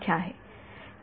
विद्यार्थी ठीक आहे